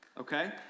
okay